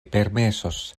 permesos